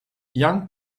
young